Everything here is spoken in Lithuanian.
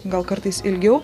gal kartais ilgiau